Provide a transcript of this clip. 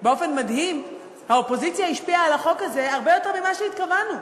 באופן מדהים האופוזיציה השפיעה על החוק הזה הרבה יותר ממה שהתכוונו.